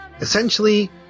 Essentially